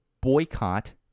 boycott